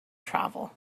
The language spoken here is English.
travel